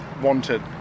wanted